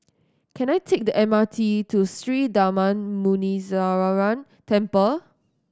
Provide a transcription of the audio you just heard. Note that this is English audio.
can I take the M R T to Sri Darma Muneeswaran Temple